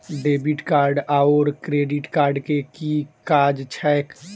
Debit card आओर credit card केँ की काज छैक?